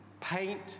Paint